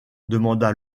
demanda